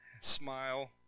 smile